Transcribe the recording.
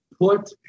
put